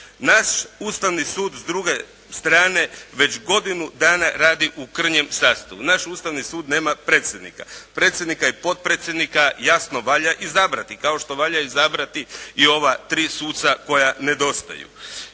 Naš Ustavni sud s druge strane, već godinu dana radi u krnjem sastavu. Naš Ustavni sud nema predsjednika. Predsjednika i potpredsjednika jasno valja izabrati kao što valja izabrati i ova tri suca koja nedostaju.